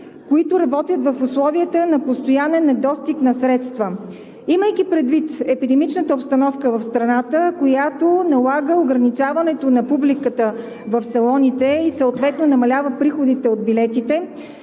които работят в условията на постоянен недостиг на средства. Имайки предвид епидемичната обстановка в страната, която налага ограничаването на публиката в салоните и съответно намалява приходите от билетите,